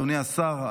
אדוני השר,